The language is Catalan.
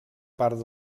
part